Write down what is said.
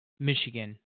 Michigan